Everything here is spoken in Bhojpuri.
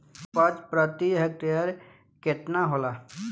उपज प्रति हेक्टेयर केतना होला?